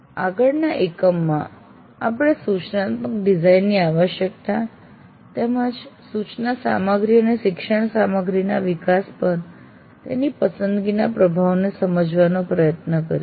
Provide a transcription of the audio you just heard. આગળના એકમમાં આપણે સૂચનાત્મક ડિઝાઇન ની આવશ્યકતા તેમજ સૂચના સામગ્રી અને શિક્ષણ સામગ્રીના વિકાસ પર તેની પસંદગીના પ્રભાવને સમજવાનો પ્રયત્ન કરીશું